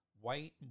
white